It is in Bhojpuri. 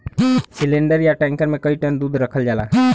सिलिन्डर या टैंकर मे कई टन दूध रखल जाला